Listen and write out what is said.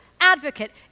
advocate